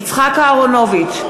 יצחק אהרונוביץ,